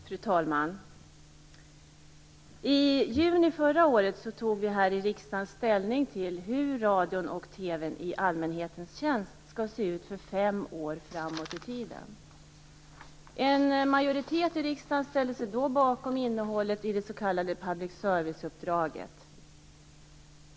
Fru talman! I juni förra året tog vi i riksdagen ställning till hur radion och TV:n i allmänhetens tjänst skall se ut för fem år framåt i tiden. En majoritet i riksdagen ställde sig då bakom innehållet i det s.k. public service-uppdraget.